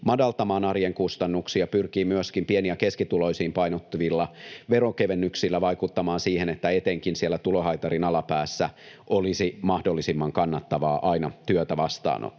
madaltamaan arjen kustannuksia, pyrkii myöskin pieni- ja keskituloisiin painottuvilla veronkevennyksillä vaikuttamaan siihen, että etenkin siellä tulohaitarin alapäässä olisi mahdollisimman kannattavaa aina työtä vastaanottaa.